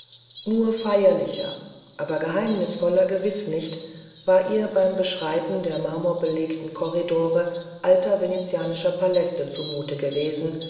nur feierlicher aber geheimnisvoller gewiß nicht war ihr beim beschreiten der marmorbelegten korridore alter venezianischer paläste zumute gewesen